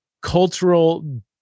cultural